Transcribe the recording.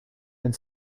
and